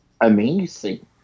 amazing